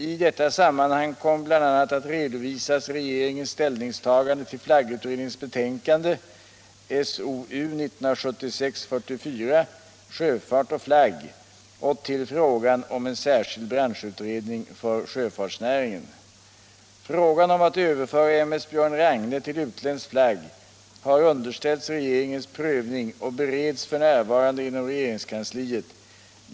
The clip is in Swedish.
I detta sammanhang kommer bl.a. att redovisas regeringens ställningstaganden till flaggutredningens betänkande Sjöfart och flagg och till frågan om en särskild branschutredning för sjöfartsnäringen. Frågan om att överföra M/S Björn Ragne till utländsk flagg har underställts regeringens prövning och bereds f.n. inom regeringskansliet.